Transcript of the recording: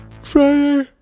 friday